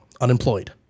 unemployed